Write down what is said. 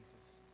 Jesus